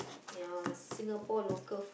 ya Singapore local